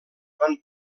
van